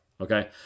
Okay